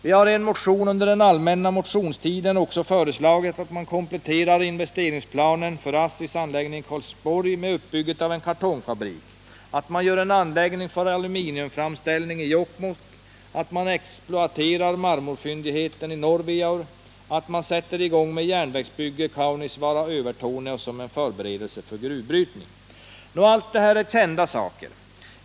Vi har i en motion, väckt under allmänna motionstiden, också föreslagit att man kompletterar investeringsplanen för ASSI:s anläggning i Karlsborg med uppbygget av en kartongfabrik, att man gör en anläggning för aluminiumframställning i Jokkmokk och exploaterar marmorfyndigheten i Norvojaur samt att man sätter i gång med järnvägsbygge Kaunisvaara-Övertorneå som en förberedelse för gruvbrytning. Allt det här är kända saker.